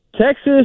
Texas